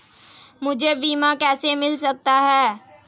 मुझे बीमा कैसे मिल सकता है?